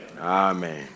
Amen